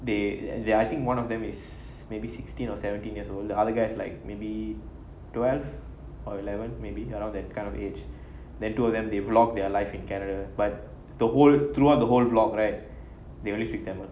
they they I think one of them is maybe sixteen or seventeen years old the other guys like maybe twelve or eleven maybe around that kind of age then two of them they vlog their life in canada but the whole throughout the whole vlog right they only speak tamil